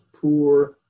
poor